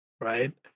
right